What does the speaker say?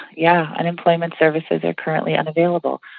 yeah unemployment services are currently unavailable.